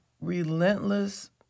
relentless